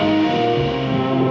and